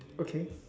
okay